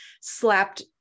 slapped